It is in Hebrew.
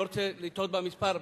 לא רוצה לטעות במספר,